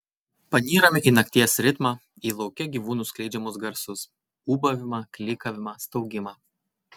panyrame į nakties ritmą į lauke gyvūnų skleidžiamus garsus ūbavimą klykavimą staugimą